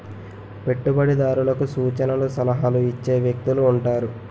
పెట్టుబడిదారులకు సూచనలు సలహాలు ఇచ్చే వ్యక్తులు ఉంటారు